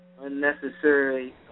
unnecessary